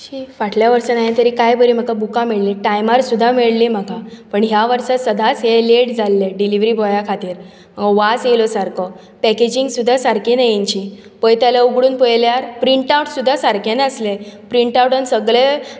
शी फाटल्या वर्सां ह्यान तरी काय बरीं म्हाका बुकां मेळ्ळीं टायमार सुद्दां मेळ्ळीं म्हाका पूण ह्या वर्सा सदांच हे लेट जाल्लें डिलिवरी बॉया खातीर वास आयलो सारको पॅकेजींग सुद्दां सारकी ना हांची पयताल्यार उगडून पयल्यार प्रिंटआवट सुद्दां सारके नासले प्रिंट आवटान सगळें